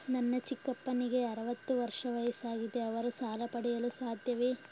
ನನ್ನ ಚಿಕ್ಕಪ್ಪನಿಗೆ ಅರವತ್ತು ವರ್ಷ ವಯಸ್ಸಾಗಿದೆ ಅವರು ಸಾಲ ಪಡೆಯಲು ಸಾಧ್ಯವೇ?